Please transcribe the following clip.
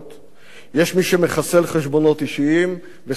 יש מי שמחסל חשבונות אישיים וסוגר ערוצים,